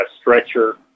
stretcher